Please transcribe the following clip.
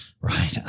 Right